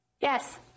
Yes